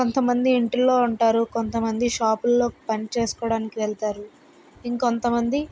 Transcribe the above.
కొంతమంది ఇంటిలో ఉంటారు కొంతమంది షాపు ల్లో పనిచేసుకోవడానికి వెళ్తారు ఇంకొంతమంది